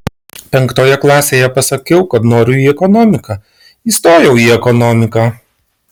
penktoje klasėje pasakiau kad noriu į ekonomiką įstojau į ekonomiką